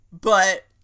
But-